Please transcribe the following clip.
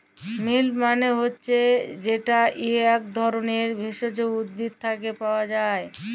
মিল্ট মালে হছে যেট ইক ধরলের ভেষজ উদ্ভিদ থ্যাকে পাওয়া যায়